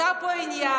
עושה פה עניין.